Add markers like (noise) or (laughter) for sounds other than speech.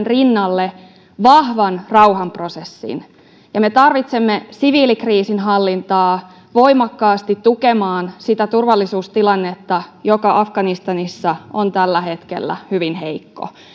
(unintelligible) rinnalle vahvan rauhanprosessin ja me tarvitsemme siviilikriisinhallintaa voimakkaasti tukemaan sitä turvallisuustilannetta joka afganistanissa on tällä hetkellä hyvin heikko